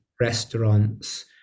restaurants